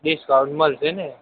discount મળશે ને